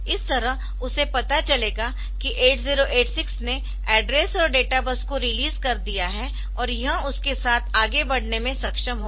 इस तरह उसे पता चलेगा की 8086 ने एड्रेस और डेटा बस को रिलीज कर दिया है और यह उस के साथ आगे बढ़ने में सक्षम होगा